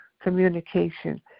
communication